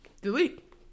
Delete